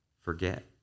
forget